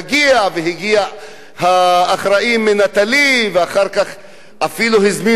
והגיע האחראי מ"נטלי" אחר כך אפילו הזמינו משטרה,